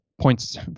points